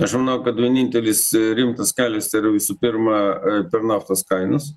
aš manau kad vienintelis rimtas kelias tai yra visų pirma per naftos kainas